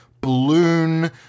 balloon